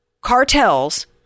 cartels